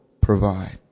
provide